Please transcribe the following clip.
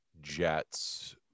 Jets